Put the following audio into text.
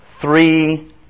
three